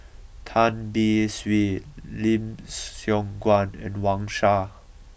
Tan Beng Swee Lim Siong Guan and Wang Sha